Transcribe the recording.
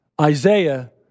Isaiah